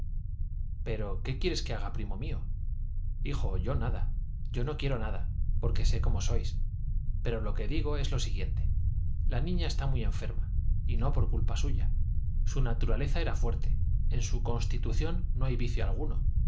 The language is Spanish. pero qué quieres que haga primo mío hijo yo nada yo no quiero nada porque sé cómo sois pero lo que digo es lo siguiente la niña está muy enferma y no por culpa suya su naturaleza era fuerte en su constitución no hay vicio alguno